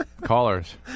Callers